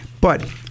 But-